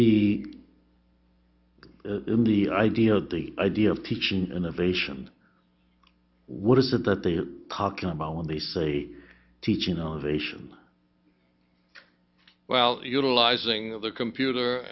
the in the idea of the idea of teaching innovation what is it that they're talking about when they say teaching elevation well utilizing the computer